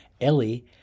Ellie